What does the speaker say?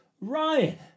Ryan